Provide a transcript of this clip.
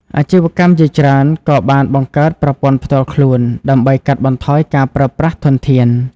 អាជីវកម្មជាច្រើនក៏បានបង្កើតប្រព័ន្ធផ្ទាល់ខ្លួនដើម្បីកាត់បន្ថយការប្រើប្រាស់ធនធាន។